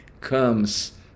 comes